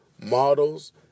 models